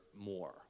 more